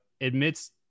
admits